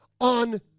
on